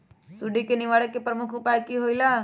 सुडी के निवारण के प्रमुख उपाय कि होइला?